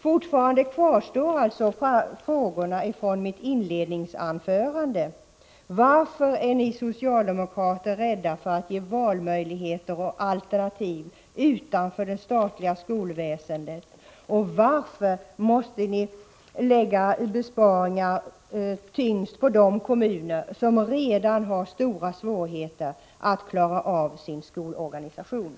Fortfarande kvarstår alltså frågorna från mitt inledningsanförande: Varför är ni socialdemokrater rädda för att ge valmöjligheter och alternativ utanför det statliga skolväsendet? Varför måste ni lägga besparingar tyngst på de kommuner som redan har stora svårigheter att klara av sin skolorganisation?